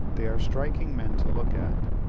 they are striking men to look at,